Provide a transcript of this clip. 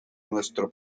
nuestro